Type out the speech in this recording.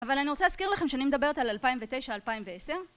אבל אני רוצה להזכיר לכם שאני מדברת על 2009-2010